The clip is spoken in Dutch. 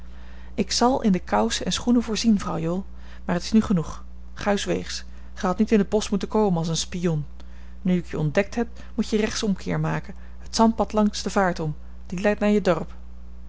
ik zal in de kousen en schoenen voorzien vrouw jool maar t is nu genoeg ga uws weegs ge hadt niet in t bosch moeten komen als een spion nu ik je ontdekt heb moet je rechtsomkeer maken het zandpad langs de vaart om die leidt naar je dorp